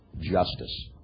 justice